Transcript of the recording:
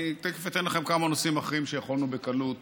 תכף אתן לכם כמה נושאים אחרים שיכולנו בקלות